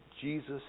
Jesus